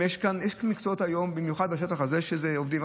יש מקצועות היום, במיוחד בשטח הזה, שזה עובדים.